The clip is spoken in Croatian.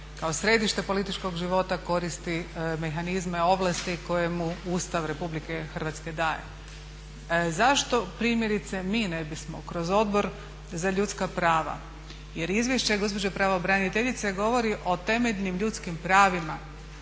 kao središte političkog života koristi mehanizme, ovlasti koje mu Ustav Republike Hrvatske daje. Zašto primjerice mi ne bismo kroz Odbor za ljudska prava, jer izvješće gospođe pravobraniteljice govori o temeljnim ljudskim pravima